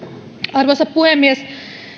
arvoisa puhemies